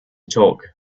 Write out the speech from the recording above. talk